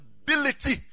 ability